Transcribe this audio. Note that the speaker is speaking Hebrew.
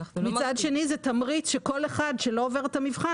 מצד שני זה תמריץ שכל אחד שלא עובר את המבחן